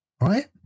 right